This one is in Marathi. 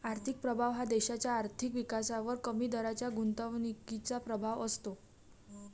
आर्थिक प्रभाव हा देशाच्या आर्थिक विकासावर कमी दराच्या गुंतवणुकीचा प्रभाव असतो